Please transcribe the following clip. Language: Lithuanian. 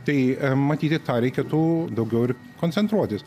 tai matyti tą reikėtų daugiau ir koncentruotis